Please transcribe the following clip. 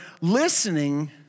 listening